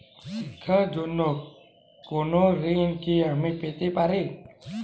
শিক্ষার জন্য কোনো ঋণ কি আমি পেতে পারি?